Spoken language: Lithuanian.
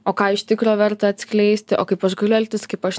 o ką iš tikro verta atskleisti o kaip aš galiu elgtis kaip aš